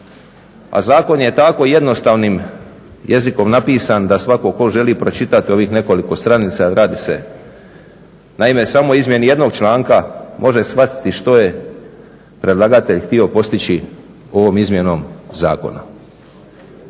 a zakon je tako jednostavnim jezikom napisan da svatko tko želi pročitati ovih nekoliko stranica, radi se naime samo o izmjeni jednog članka, može shvatiti što je predlagatelj htio postići ovom izmjenom zakona.